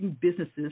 businesses